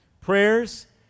prayers